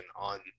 on